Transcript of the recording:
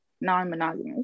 non-monogamous